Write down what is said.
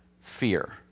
fear